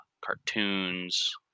cartoons